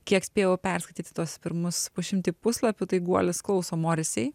kiek spėjau perskaityti tuos pirmus pusšimtį puslapių tai guolis klauso morisei